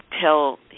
tell